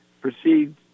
proceed